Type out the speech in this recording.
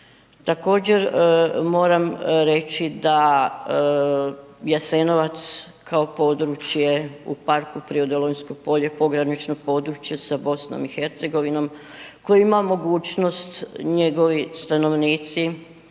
Također moram reći da Jasenovac kao područje u parku prirode Lonjsko polje, pogranično područje sa BiH, koje ima mogućnost njegovi stanovnici,